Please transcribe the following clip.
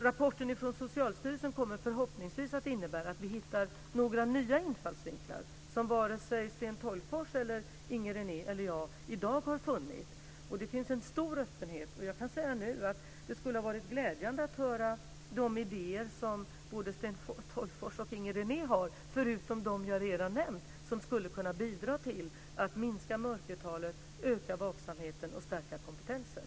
Rapporten från Socialstyrelsen kommer förhoppningsvis att innebära att vi hittar några nya infallsvinklar som vare sig Sten Tolgfors, Inger René eller jag i dag har funnit. Det finns en stor öppenhet här. Jag kan säga nu att det skulle ha varit glädjande att höra de idéer som både Sten Tolgfors och Inger René har, förutom de jag redan nämnt, som skulle kunna bidra till att minska mörkertalet, öka vaksamheten och stärka kompetensen.